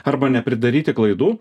arba nepridaryti klaidų